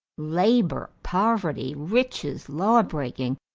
labor, poverty, riches, lawbreaking,